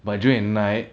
but during at night